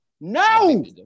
No